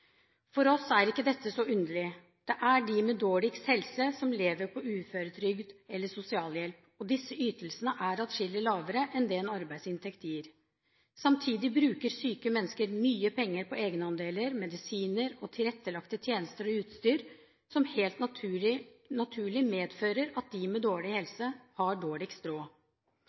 For oss er ikke dette så underlig. Det er de med dårligst helse som lever på uføretrygd eller sosialhjelp, og disse ytelsene er atskillig lavere enn en arbeidsinntekt vil være. Samtidig bruker syke mennesker mye penger på egenandeler, medisiner, tilrettelagte tjenester og utstyr. Det er derfor helt naturlig at dette medfører dårligst råd for dem med dårlig helse. Fremskrittspartiet har